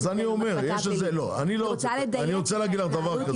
אז אני רוצה להגיד לך דבר כזה,